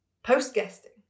post-guesting